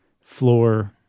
floor